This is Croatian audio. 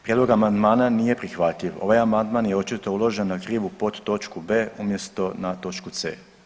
Prijedlog amandmana nije prihvatljiv, ovaj amandman je očito uložen na krivu podtočku b umjesto na točku c.